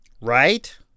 right